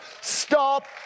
stop